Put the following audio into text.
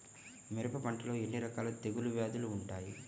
మిరప పంటలో ఎన్ని రకాల తెగులు వ్యాధులు వుంటాయి?